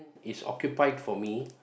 is occupied for me